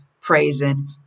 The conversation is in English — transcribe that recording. praising